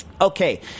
Okay